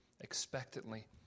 expectantly